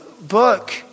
book